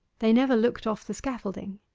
they never looked off the scaffolding.